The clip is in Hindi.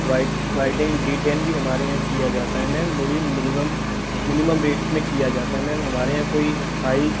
व्हाइट व्हाइटनिंग डिटेन भी हमारे यहाँ किया जाता है मैम वह भी मिनिमम मिनिमम रेट में किया जाता है मैम हमारे यहाँ कोई हाई